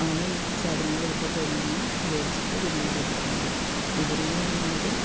ആണ് ഈ കി സാധനങ്ങൾ ഇവരുടെ കയ്യിൽ നിന്നും വേടിച്ചിട്ട് വിപണിയിലെത്തിക്കുന്നത് വിപണിയെന്ന് പറയുന്നത്